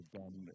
done